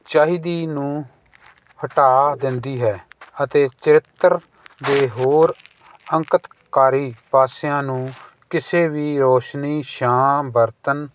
ਚਾਹੀਦੀ ਨੂੰ ਹਟਾ ਦਿੰਦੀ ਹੈ ਅਤੇ ਚਰਿੱਤਰ ਦੇ ਹੋਰ ਅੰਕਤਕਾਰੀ ਪਾਸਿਆਂ ਨੂੰ ਕਿਸੇ ਵੀ ਰੋਸ਼ਨੀ ਛਾਂ ਬਰਤਨ